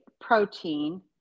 protein